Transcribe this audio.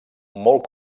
molt